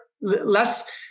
less